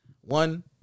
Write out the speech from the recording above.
One